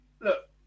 look